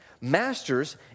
Masters